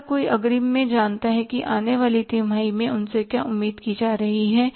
हर कोई अग्रिम में जानता है कि आने वाली तिमाही में उनसे क्या उम्मीद की जा रही है